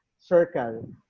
circle